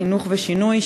חינוך ושינוי,